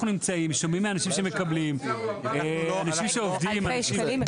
אנחנו שומעים מאנשים שמקבלים --- אלפי שקלים.